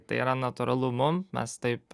tai yra natūralu mum mes taip